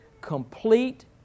complete